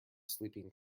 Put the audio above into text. sleeping